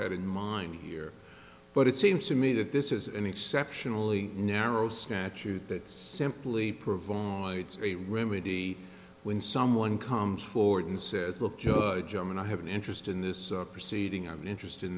had in mind here but it seems to me that this is an exceptionally narrow statute that simply provides a remedy when someone comes forward and says look judge i'm going to have an interest in this proceeding of interest in